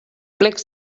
plecs